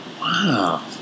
Wow